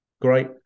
great